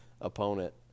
opponent